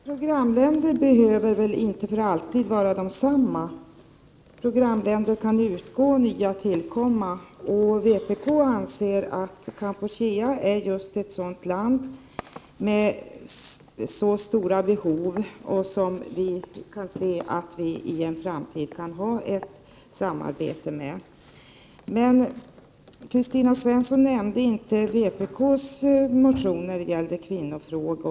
Herr talman! Programländerna behöver väl inte för alltid vara desamma. Programländer kan ju utgå och nya tillkomma. Vpk anser att Kampuchea är just ett sådant land med stora behov. Vi kan också se att vi i framtiden kan ha ett samarbete med det landet. Kristina Svensson nämnde inte vpk:s motion om kvinnorna.